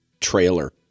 trailer